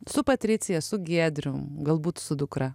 su patricija su giedrium galbūt su dukra